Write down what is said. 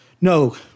No